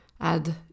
add